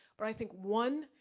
but i think one,